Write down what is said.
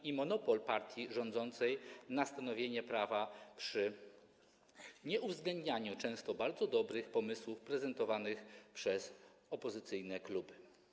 I monopol partii rządzącej na stanowienie prawa przy nieuwzględnianiu często bardzo dobrych pomysłów prezentowanych przez opozycyjne kluby.